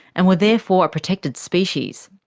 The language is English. and were therefore a protected species.